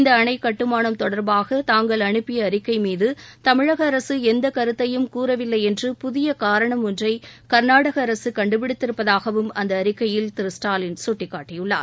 இந்த அணை கட்டுமானம் தொடர்பாக தாங்கள் அனுப்பிய அறிக்கைமீது தமிழக அரசு எந்தக் கருத்தையும் கூறவில்லை என்று புதிய காரணம் ஒன்றை கர்நாடக அரசு கண்டுபிடித்திருப்பதாகவும் அந்த அறிக்கையில் திருஸ்டாலின் சுட்டிக்காட்டியுள்ளார்